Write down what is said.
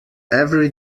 every